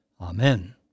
Amen